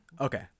Okay